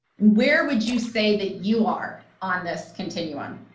where would you say that you are on this continuum?